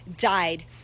died